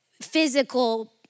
physical